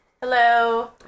Hello